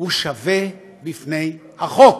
שווה בפני החוק.